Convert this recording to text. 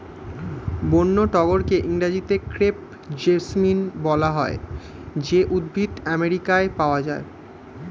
বন্য টগরকে ইংরেজিতে ক্রেপ জেসমিন বলা হয় যে উদ্ভিদ আমেরিকায় পাওয়া যায়